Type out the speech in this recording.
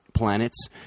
planets